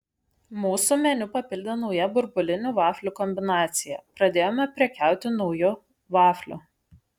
mūsų meniu papildė nauja burbulinių vaflių kombinacija pradėjome prekiauti nauju vafliu